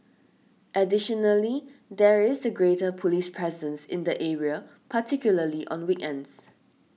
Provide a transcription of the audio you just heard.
additionally there is a greater police presence in the area particularly on weekends